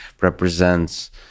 represents